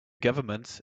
government